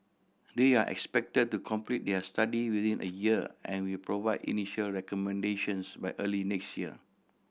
they are expected to complete their study within a year and will provide initial recommendations by early next year